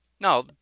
Now